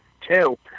two